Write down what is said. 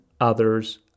others